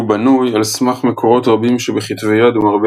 הוא בנוי על סמך מקורות רבים שבכתבי יד ומרבה